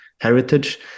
heritage